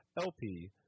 LP